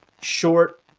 Short